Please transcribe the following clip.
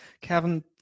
Kevin